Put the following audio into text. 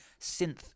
synth